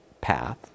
path